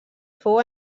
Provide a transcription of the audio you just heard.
fou